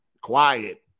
quiet